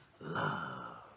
Love